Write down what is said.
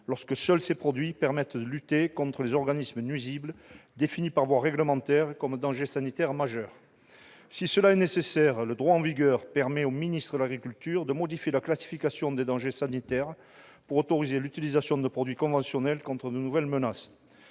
lorsque seuls ces produits permettent de lutter contre les organismes nuisibles définis par voie réglementaire comme « danger sanitaire majeur ». Si cela est nécessaire, le droit en vigueur permet au ministre de l'agriculture de modifier la classification des dangers sanitaires pour autoriser l'utilisation de produits conventionnels contre de nouvelles menaces.,